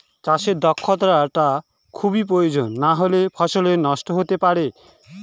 চাষে দক্ষটা খুবই প্রয়োজন নাহলে ফসল নষ্ট হতে পারে